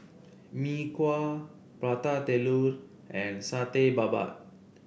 Mee Kuah Prata Telur and Satay Babat